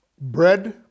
bread